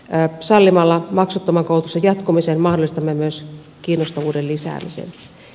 sallimalla maksuttoman koulutuksen jatkumisen mahdollistamme myös kiinnostavuuden lisäämisen